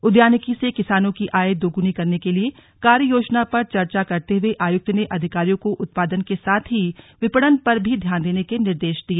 उद्यानिकी से किसानों की आय दोगुनी करने के लिए कार्ययोजना पर चर्चा करते हुए आयुक्त ने अधिकारियों को उत्पादन के साथ ही विपणन पर भी ध्यान देने के निर्दश दिए